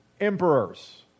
emperors